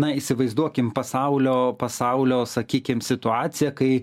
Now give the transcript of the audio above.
na įsivaizduokim pasaulio pasaulio sakykim situaciją kai